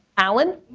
alan?